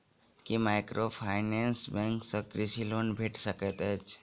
की microfinance bank सँ कृषि loan भेटि सकैत अछि?